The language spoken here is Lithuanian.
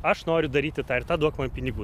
aš noriu daryti tą ir tą duok man pinigų